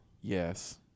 Yes